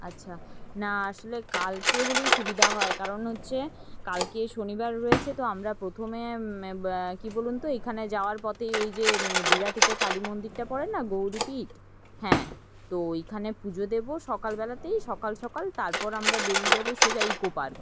আচ্ছা না আসলে কালকে হলেই সুবিধা হয় কারণ হচ্ছে কালকে শনিবার রয়েছে তো আমরা প্রথমে কী বলুন তো এইখানে যাওয়ার পথেই ওই যে বিরাটিতে কালী মন্দিরটা পড়ে না গৌরীপীঠ হ্যাঁ তো ওইখানে পুজো দেব সকালবেলাতেই সকাল সকাল তারপর আমরা বেড়িয়ে যাব সোজা ইকো পার্ক